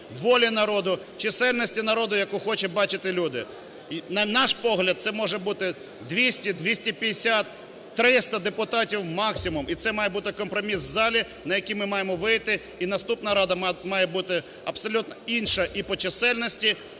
волі народу, чисельності народу, яку хочуть бачити люди. На наш погляд, це може бути 200, 250, 300 депутатів максимум і це має бути компроміс в залі, на який ми маємо вийти. І наступна Рада має бути абсолютна інша: і по чисельності,